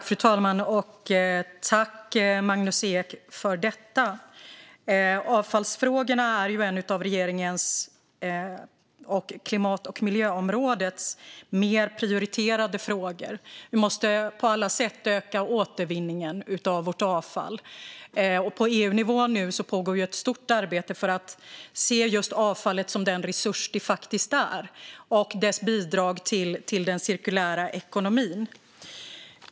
Fru talman! Tack, Magnus Ek, för detta! Avfallsfrågorna tillhör regeringens och klimat och miljöområdets mer prioriterade frågor. Vi måste på alla sätt öka återvinningen av vårt avfall. På EU-nivå pågår nu ett stort arbete för att se avfallet som den resurs det faktiskt är, liksom dess bidrag till den cirkulära ekonomin.